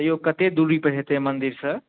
हेयौ कते दूरी पर हेतै मन्दिर सँ